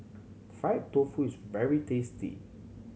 fried tofu is very tasty